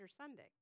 Sunday